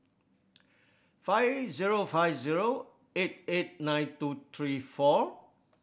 five zero five zero eight eight nine two three four